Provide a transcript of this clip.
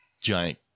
giant